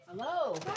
Hello